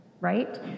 right